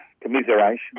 Commiseration